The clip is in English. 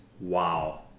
wow